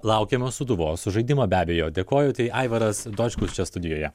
laukiama sūduvos žaidimo be abejo dėkoju tai aivaras dočkus čia studijoje